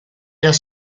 los